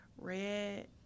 red